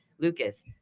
Lucas